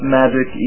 magic